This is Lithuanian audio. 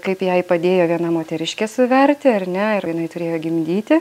kaip jai padėjo viena moteriškė suverti ar ne ir jinai turėjo gimdyti